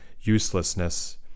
uselessness